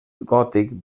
gòtic